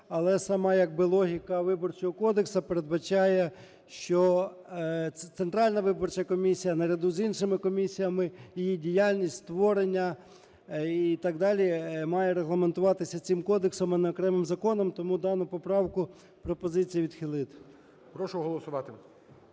Але сама як би логіка Виборчого кодексу передбачає, що Центральна виборча комісія наряду з іншими комісіями, її діяльність, створення, і так далі має регламентуватися цим кодексом, а не окремим законом. Тому дану поправку пропозиція відхилити. ГОЛОВУЮЧИЙ. Прошу голосувати.